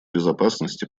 безопасности